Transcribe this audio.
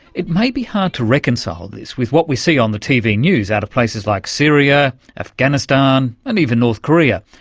it may be hard to reconcile this with what we see on the tv news out of places like syria, afghanistan and even north korea,